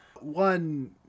One